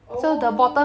oh